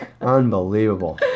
Unbelievable